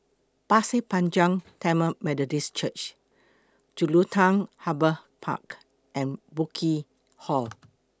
Pasir Panjang Tamil Methodist Church Jelutung Harbour Park and Burkill Hall